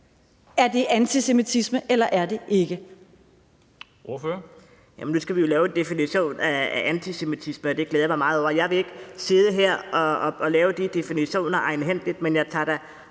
Ordføreren. Kl. 14:20 Kristian Hegaard (RV): Nu skal vi jo lave en definition af antisemitisme, og det glæder jeg mig meget over. Jeg vil ikke sidde her og lave de definitioner egenhændigt, men jeg tager da